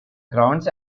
grounds